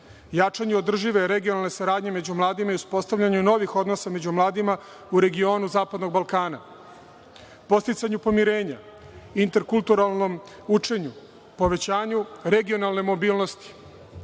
jačanju održive regionalne saradnje među mladima i uspostavljanju novih odnosa među mladima u regionu Zapadnog Balkana, podsticanju pomirenja, interkulturalnom učenju, povećanju regionalne mobilnosti,